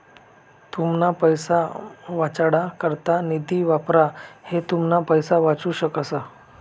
तुमना पैसा वाचाडा करता निधी वापरा ते तुमना पैसा वाचू शकस